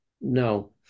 No